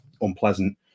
unpleasant